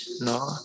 no